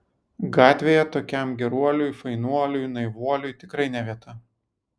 gatvėje tokiam geruoliui fainuoliui naivuoliui tikrai ne vieta